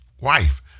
wife